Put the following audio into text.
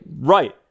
Right